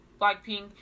Blackpink